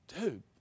Dude